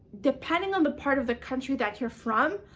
depending on the part of the country that you are from,